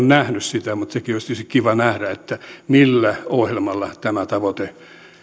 nähnyt sitä mutta sekin olisi tietysti kiva nähdä millä ohjelmalla tämä tavoite